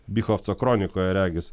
bychovco kronikoje regis